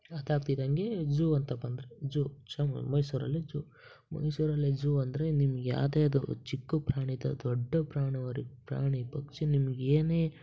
ಅದಾಗ್ತಿದ್ದಂಗೆ zoo ಅಂತ ಬಂದರೆ zoo ಚಮ್ ಮೈಸೂರಲ್ಲಿ ಜು ಮೈಸೂರಲ್ಲಿ ಜು ಅಂದರೆ ನಿಮಗ್ಯಾದ್ಯಾದು ಚಿಕ್ಕ ಪ್ರಾಣಿ ದೊಡ್ಡ ಪ್ರಾಣಿವರ್ ಪ್ರಾಣಿ ಪಕ್ಷಿ ನಿಮ್ಗೆ ಏನೇ